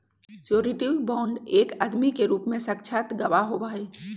surety bond एक आदमी के रूप में साक्षात गवाह होबा हई